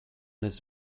his